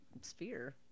sphere